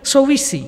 Souvisí.